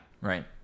Right